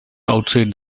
outside